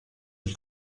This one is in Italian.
gli